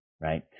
right